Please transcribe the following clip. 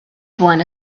flaen